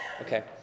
okay